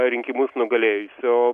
rinkimus nugalėjusio